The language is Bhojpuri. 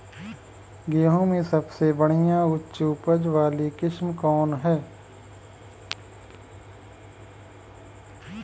गेहूं में सबसे बढ़िया उच्च उपज वाली किस्म कौन ह?